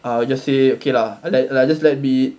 I will just say okay lah like like just like be